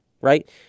right